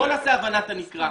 בוא נעשה הבנת הנקרא.